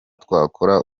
twakora